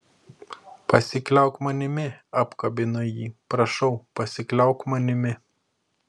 pasikliauk manimi apkabino jį prašau pasikliauk manimi